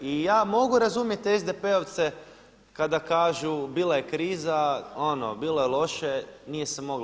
I ja mogu razumjeti SDP-ovce kada kažu bila je kriza, ono bilo je loše, nije se moglo.